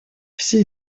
все